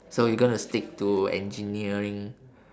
so you gonna stick to engineering